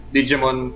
Digimon